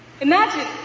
imagine